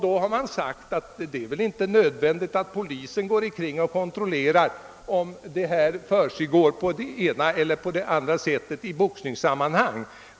Då har man invänt att det väl inte är nödvändigt att polisen går omkring och kontrollerar om verksamheten försiggår på det ena eller andra sättet i boxningssammanhang.